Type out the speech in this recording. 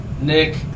Nick